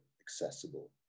accessible